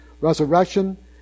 resurrection